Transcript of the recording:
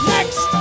Next